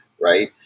right